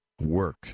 Work